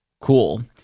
Cool